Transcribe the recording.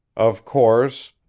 of course,